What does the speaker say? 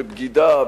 בבגידה,